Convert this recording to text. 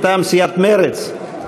מטעם סיעת מרצ.